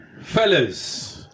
fellas